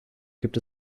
gibt